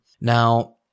Now